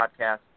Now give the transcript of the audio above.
Podcast